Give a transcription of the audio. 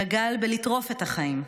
דגל בלטרוף את החיים.